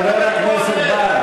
חבר הכנסת בר.